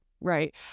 right